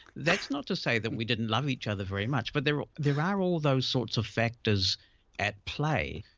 that's not to say that we didn't love each other very much but there there are all those sorts of factors at play.